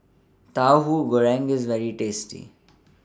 Tauhu Goreng IS very tasty